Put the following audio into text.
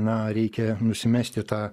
na reikia nusimesti tą